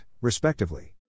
respectively